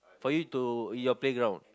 for you to your playground